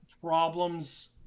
problems